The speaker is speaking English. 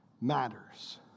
matters